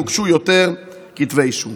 והוגשו יותר כתבי אישום.